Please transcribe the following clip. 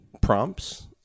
prompts